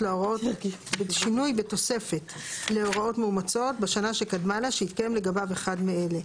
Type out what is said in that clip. על שינוי בתוספת להוראות מאומצות בשנה שקדמה לה שהתקיים לגביו אחד מאלה: